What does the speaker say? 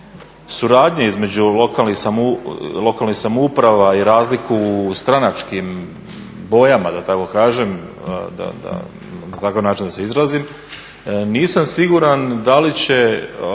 suradnje između lokalnih samouprava i razliku u stranačkim bojama, da se tako izrazim, nisam siguran da li će